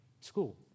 school